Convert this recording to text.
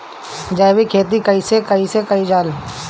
जैविक खेती कईसे कईल जाला?